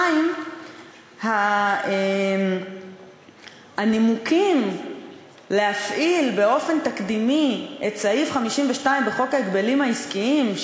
2. הנימוקים להפעיל באופן תקדימי את סעיף 52 בחוק ההגבלים העסקיים,